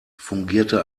fungierte